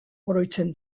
oroitzen